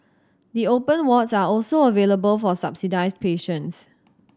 the open wards are also available for subsidised patients